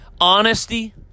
Honesty